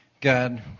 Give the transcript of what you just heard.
God